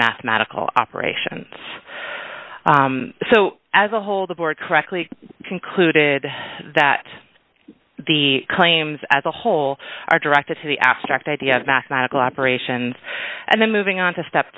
mathematical operations so as a whole the board correctly concluded that the claims as a whole are directed to the abstract idea of mathematical operations and then moving on to step